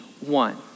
one